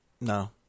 No